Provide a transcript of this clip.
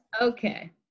okay